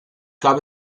gab